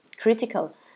critical